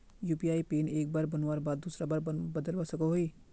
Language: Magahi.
यु.पी.आई पिन एक बार बनवार बाद दूसरा बार बदलवा सकोहो ही?